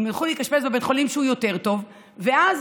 הם ילכו להתאשפז בבית חולים טוב יותר, ואז